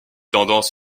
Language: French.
tendance